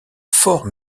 fort